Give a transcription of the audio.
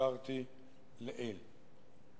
שהזכרתי לעיל.